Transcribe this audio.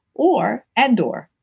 or, and or,